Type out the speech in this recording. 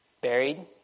buried